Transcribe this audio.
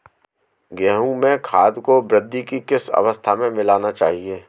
गेहूँ में खाद को वृद्धि की किस अवस्था में मिलाना चाहिए?